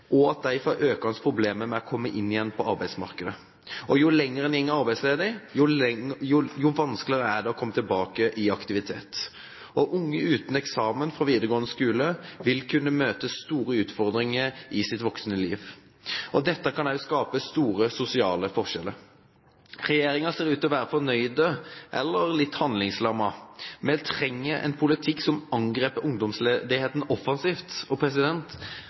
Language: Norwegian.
og de får økende problemer med å komme inn igjen på arbeidsmarkedet. Jo lenger en går arbeidsledig, jo vanskeligere er det å komme tilbake i aktivitet, og unge uten eksamen fra videregående skole vil kunne møte store utfordringer i sitt voksne liv. Dette kan skape store sosiale forskjeller. Regjeringen ser ut til å være fornøyd – eller litt handlingslammet. Vi trenger en politikk som angriper ungdomsledigheten offensivt. Jeg pleier å diskutere dette, og